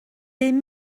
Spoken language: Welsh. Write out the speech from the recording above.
bum